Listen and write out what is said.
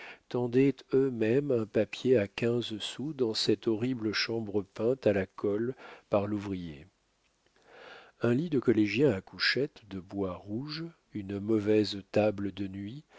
tendaient eux-mêmes un papier à quinze sous dans cette horrible chambre peinte à la colle par l'ouvrier un lit de collégien à couchette de bois rouge une mauvaise table de nuit